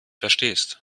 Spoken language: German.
verstehst